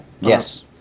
Yes